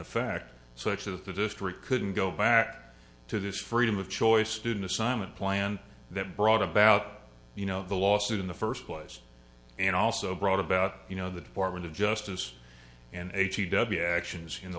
effect so much of the district couldn't go back to this freedom of choice student assignment plan that brought about you know the lawsuit in the first place and also brought about you know the department of justice and eighty dubey actions in the